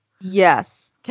Yes